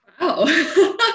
Wow